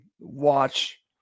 watch